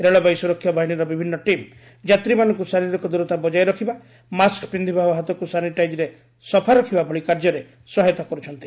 ରେଳବାଇ ସୁରକ୍ଷା ବାହିନୀର ବିଭିନ୍ନ ଟିମ୍ ଯାତ୍ରୀମାନଙ୍କୁ ଶାରୀରିକ ଦୂରତା ବଜାୟ ରଖିବା ମାସ୍କ୍ ପିନ୍ଧିବା ଓ ହାତକୁ ସାନିଟାଇଜରେ ସଫା ରଖିବା ଭଳି କାର୍ଯ୍ୟରେ ସହାୟତା କରୁଛନ୍ତି